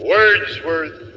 Wordsworth